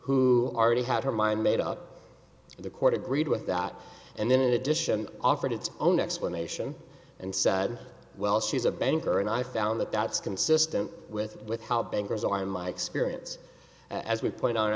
who already had her mind made up the court agreed with that and then in addition offered its own explanation and said well she's a banker and i found that that's consistent with with how bankers are in my experience as we point on a